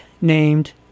named